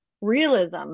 realism